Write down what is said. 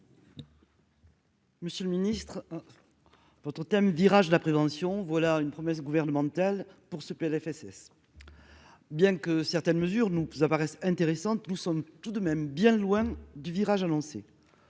Monsieur le Ministre votre thème virage, la prévention, voilà une promesse gouvernementale pour ce PLFSS bien que certaines mesures nous apparaissent intéressante, nous sommes tout de même bien loin du virage, a lancé